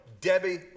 Debbie